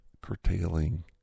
curtailing